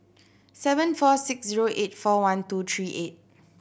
seven four six zero eight four one two three eight